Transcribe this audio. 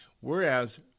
Whereas